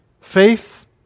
faith